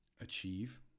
achieve